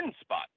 spot